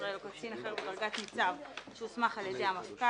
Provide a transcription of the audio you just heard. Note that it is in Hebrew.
ישראל או קצין אחר בדרגת ניצב שהוסמך על ידי המפכ"ל.